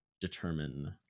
determine